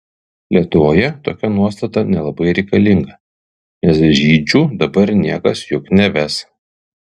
lietuvoje tokia nuostata nelabai reikalinga nes žydžių dabar niekas juk neves